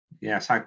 Yes